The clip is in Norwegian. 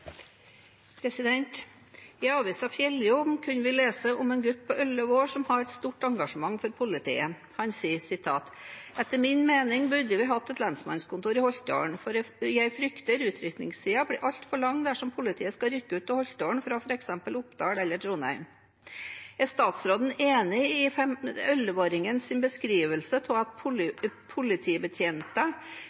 lensmannskontor i Holtålen, for jeg frykter utrykningstiden blir altfor lang dersom politiet skal rykke ut til Holtålen fra for eksempel Oppdal eller Trondheim.» Er statsråden enig i 11-åringens beskrivelse av at